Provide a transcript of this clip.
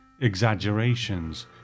exaggerations